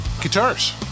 Guitars